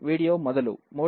video మొదలు 0307